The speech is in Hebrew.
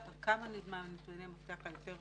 כמה מנתוני המפתח היותר